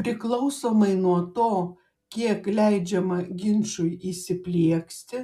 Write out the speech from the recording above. priklausomai nuo to kiek leidžiama ginčui įsiplieksti